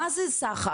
מה זה סחר,